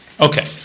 Okay